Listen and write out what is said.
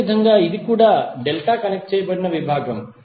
అదేవిధంగా ఇది కూడా డెల్టా కనెక్ట్ చేయబడిన విభాగం